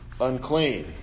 unclean